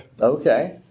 Okay